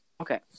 okay